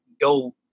go